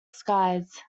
skies